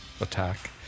attack